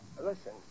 listen